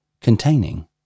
containing